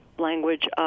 Language